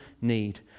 need